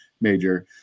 major